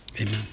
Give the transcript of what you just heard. amen